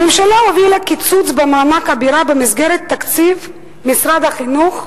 הממשלה הובילה קיצוץ במענק הבירה במסגרת תקציב משרד החינוך,